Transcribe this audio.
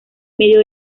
medio